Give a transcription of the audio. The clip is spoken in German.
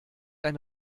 ein